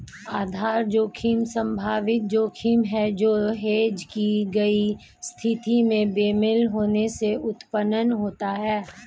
आधार जोखिम संभावित जोखिम है जो हेज की गई स्थिति में बेमेल होने से उत्पन्न होता है